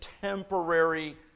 temporary